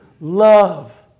love